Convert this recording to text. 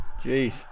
jeez